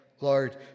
Lord